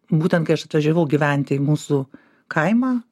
būtent kai aš atvažiavau gyventi į mūsų kaimą